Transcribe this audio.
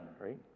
right